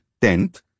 tenth